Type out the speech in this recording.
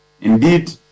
Indeed